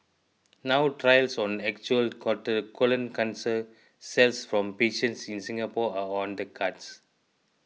now trials on actual colon cancer cells from patients in Singapore are on the cards